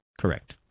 correct